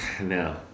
No